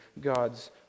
God's